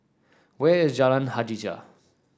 where is Jalan Hajijah